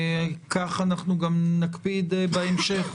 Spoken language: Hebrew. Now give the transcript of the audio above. כך אנחנו גם נקפיד בהמשך.